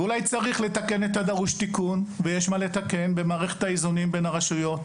ואולי צריך לתקן את הדרוש תיקון במערכת האיזונים בין הרשויות,